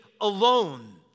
alone